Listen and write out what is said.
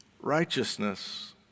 Righteousness